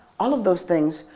all of those things,